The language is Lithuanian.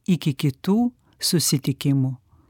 iki kitų susitikimų